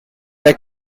were